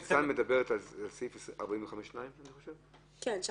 ניצן מדברת על סעיף 45(2). כן.